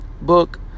book